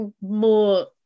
more